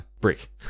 brick